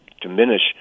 diminish